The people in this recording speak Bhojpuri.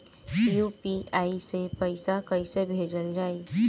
यू.पी.आई से पैसा कइसे भेजल जाई?